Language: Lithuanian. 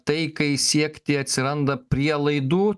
taikai siekti atsiranda prielaidų